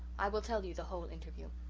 i will tell you the whole interview.